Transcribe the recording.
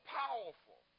powerful